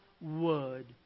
word